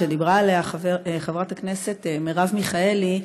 שדיברה עליה חברת הכנסת מרב מיכאלי,